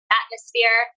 atmosphere